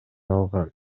алган